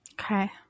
Okay